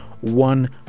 one